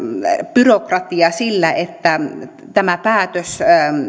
byrokratiaa sillä että tämä päätös